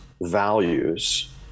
values